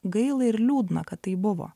gaila ir liūdna kad tai buvo